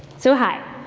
so, hi.